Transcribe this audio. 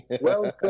Welcome